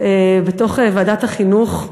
בוועדת החינוך.